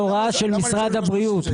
זה הוראה של משרד הבריאות.